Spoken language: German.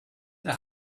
der